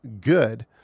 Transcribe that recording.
good